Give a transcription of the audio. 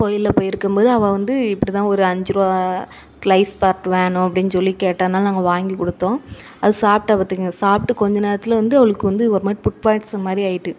கோயிலில் போய்ருக்கும்போது அவள் வந்து இப்படிதான் ஒரு அஞ்சுருபா க்ளைஸ் பேக்ட் வேணும் அப்படின்னுசொல்லி கேட்டதினால நாங்கள் வாங்கி கொடுத்தோம் அது சாப்பிட்டா பார்த்துக்குங்க சாப்பிட்டு கொஞ்ச நேரத்தில் வந்து அவளுக்கு வந்து ஒருமாதிரி ஃபுட் பாய்சன் மாதிரி ஆகிட்டு